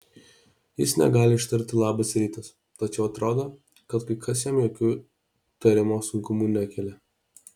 jis negali ištarti labas rytas tačiau atrodo kad kai kas jam jokių tarimo sunkumų nekelia